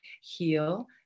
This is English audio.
heal